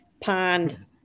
pond